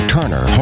Turner